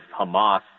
Hamas